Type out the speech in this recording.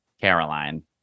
Caroline